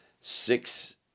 six